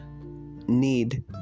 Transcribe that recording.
need